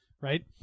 right